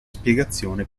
spiegazione